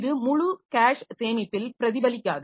இது முழு கேஷ் சேமிப்பில் பிரதிபலிக்காது